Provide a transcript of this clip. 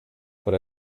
but